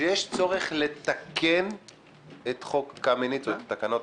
שיש צורך לתקן את חוק קמיניץ או את התקנות,